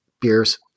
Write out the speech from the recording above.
beers